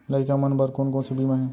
लइका मन बर कोन कोन से बीमा हे?